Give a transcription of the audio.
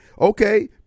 Okay